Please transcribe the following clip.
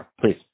please